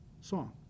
song